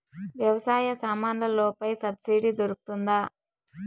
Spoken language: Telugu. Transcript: వ్యవసాయ సామాన్లలో పై సబ్సిడి దొరుకుతుందా?